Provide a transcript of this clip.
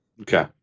okay